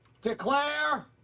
declare